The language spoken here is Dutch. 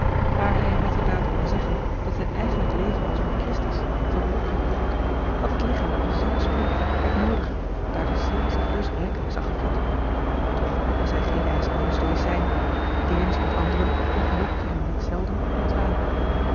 waar hij metterdaad kon zeggen dat zijn eigenlijk leven was met christus verborgen in god had het lichaam al zeer spoedig het noodige daar de ziel zich dus rijkelijk zag gevoed toch was hij geen ijskoude stoïcijn deernis met andere ontlokte hem niet zelden een traan